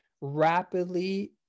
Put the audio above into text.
rapidly